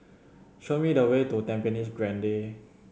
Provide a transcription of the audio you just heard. show me the way to Tampines Grande